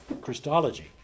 Christology